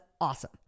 awesome